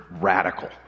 radical